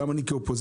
גם אני כאופוזיציה,